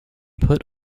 put